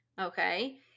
Okay